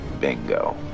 bingo